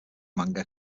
manga